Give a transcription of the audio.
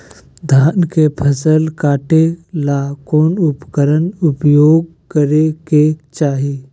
धान के फसल काटे ला कौन उपकरण उपयोग करे के चाही?